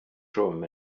trwm